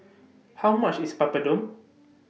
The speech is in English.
How much IS Papadum